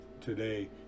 today